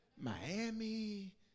Miami